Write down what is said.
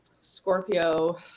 Scorpio